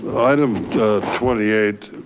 item twenty eight